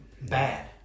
bad